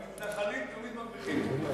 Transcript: המתנחלים תמיד מרוויחים.